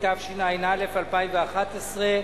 התשע"א 2011,